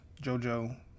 Jojo